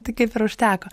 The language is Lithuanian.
tai kaip ir užteko